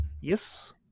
yes